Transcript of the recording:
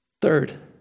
Third